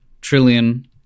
trillion